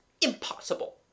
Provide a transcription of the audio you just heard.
Impossible